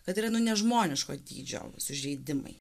kad yra nežmoniško dydžio sužeidimai